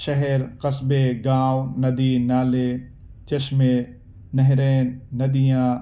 شہر قصبے گاؤں ندی نالے چشمے نہریں ندیاں